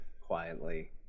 quietly